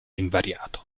invariato